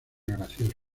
gracioso